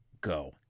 Go